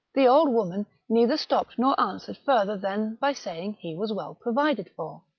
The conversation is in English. the old woman neither stopped nor answered further than by saying he was well provided for.